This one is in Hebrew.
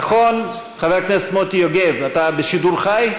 נכון, חבר הכנסת מוטי יוגב, אתה בשידור חי?